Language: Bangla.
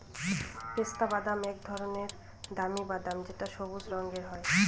পেস্তা বাদাম এক ধরনের দামি বাদাম যেটা সবুজ রঙের হয়